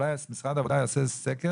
אולי משרד העבודה יעשה סקר,